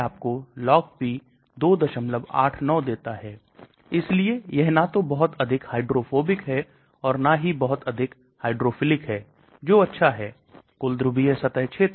तो आपके पास anions chloride sulphate bromide हो सकते हैं इस क्रम में आप जानते हैं मुख्यता दवाईयों में आपको बहुत सारे chloride मिल जाएंगे